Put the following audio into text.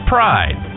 Pride